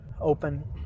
open